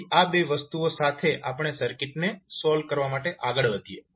તેથી આ બે વસ્તુઓ સાથે આપણે સર્કિટને સોલ્વ કરવા આગળ વધીએ